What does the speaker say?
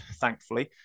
thankfully